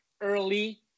early